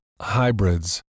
hybrids